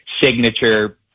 Signature